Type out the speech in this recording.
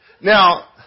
Now